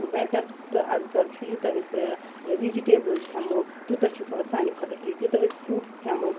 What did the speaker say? better تہٕ اَفضَل چھُ یوٗتاہ أسۍ وجٹیبلز کھیٚمو تِیوٗتاہ چھُ سانہِ خٲطرٕ ٹھیٖک یوٗتاہ أسۍ فُروٗٹٕس کھیٚمو